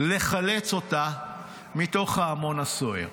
לחלץ אותה מתוך ההמון הסוער.